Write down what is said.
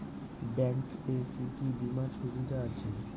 Bank এ কি কী বীমার সুবিধা আছে?